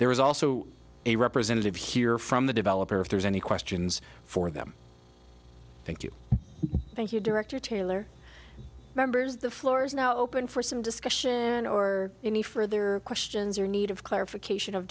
there is also a representative here from the developer if there's any questions for them thank you thank you director taylor members the floor is now open for some discussion or any further questions or need of clarification of